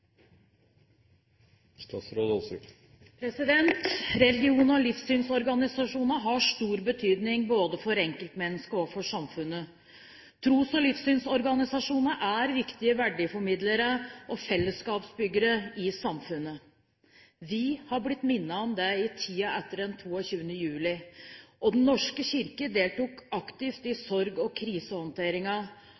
Religion og livssynsorganisasjonene har stor betydning både for enkeltmennesket og for samfunnet. Tros- og livssynsorganisasjoner er viktige verdiformidlere og fellesskapsbyggere i samfunnet. Vi har blitt minnet om det i tiden etter den 22. juli. Den norske kirke deltok aktivt i